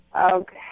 Okay